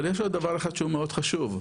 אבל יש עוד דבר אחד שהוא מאוד מאוד חשוב,